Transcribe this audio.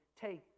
take